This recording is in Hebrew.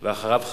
אחריו,